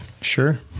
sure